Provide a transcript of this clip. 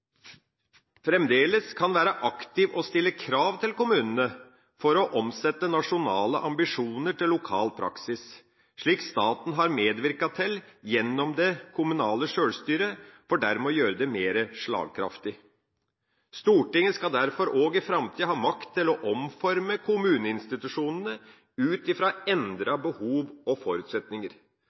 fremdeles kan være aktiv og stille krav til kommunene for å omsette nasjonale ambisjoner til lokal praksis, slik staten har medvirket til gjennom det kommunale sjølstyret for dermed å gjøre det mer slagkraftig. Stortinget skal derfor også i framtida ha makt til å omforme kommuneinstitusjonene ut fra endrede behov og forutsetninger